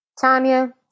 Tanya